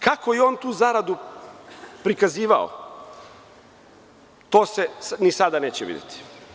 Kako je on tu zaradu prikazivao, to se ni sada neće videti.